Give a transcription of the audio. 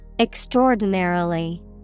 Extraordinarily